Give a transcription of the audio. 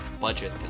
budget